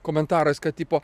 komentarais kad tipo